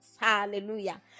Hallelujah